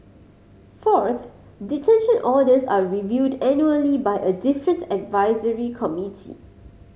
fourth detention orders are reviewed annually by a different advisory committee